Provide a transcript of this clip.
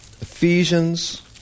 Ephesians